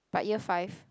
but year five